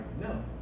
No